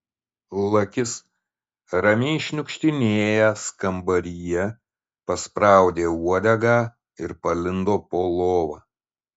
lakis ramiai šniukštinėjęs kambaryje paspraudė uodegą ir palindo po lova